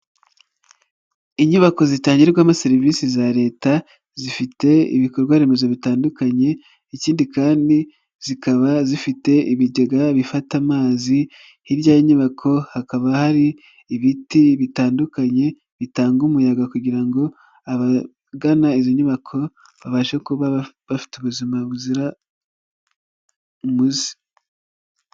Inyubako zitangirwamo serivisi za Leta zifite ibikorwaremezo bitandukanye, ikindi kandi zikaba zifite ibigega bifata amazi, hirya y'inyubako hakaba hari ibiti bitandukanye bitanga umuyaga kugira ngo abagana izi nyubako babashe kuba bafite ubuzima buzira umuze.